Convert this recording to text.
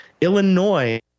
Illinois